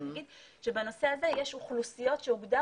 אבל אני אגיד שבנושא הזה יש אוכלוסיות שהוגדר